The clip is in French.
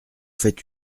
fait